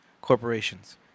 corporations